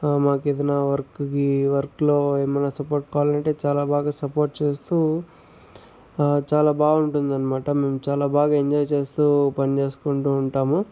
మాకు ఏదన్నా వర్క్కి వర్క్లో ఏమన్నా సపోర్ట్ కావాలంటే చాలా బాగా సపోర్ట్ చేస్తూ చాలా బాగుంటుందనమాట మేము చాలా బాగా ఎంజాయ్ చేస్తూ పని చేసుకుంటూ ఉంటాము